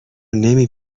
نمی